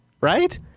right